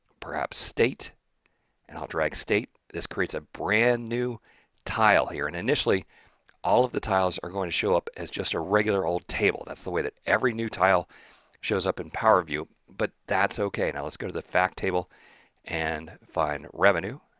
perhaps state and i'll drag state. this creates a brand new tile here and initially all of the tiles are going to show up as just a regular old table. that's the way that every new tile shows up in power view but that's okay. now let's go to the fact table and find revenue.